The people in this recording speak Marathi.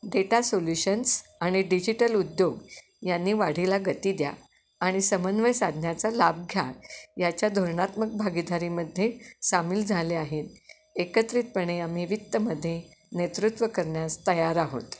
डेटा सोल्युशन्स आणि डिजिटल उद्योग यांनी वाढीला गती द्या आणि समन्वय साधण्याचा लाभ घ्या याच्या धोरणात्मक भागीदारीमध्ये सामील झाले आहेत एकत्रितपणे आम्ही वित्तमध्ये नेतृत्व करण्यास तयार आहोत